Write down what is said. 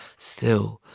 still,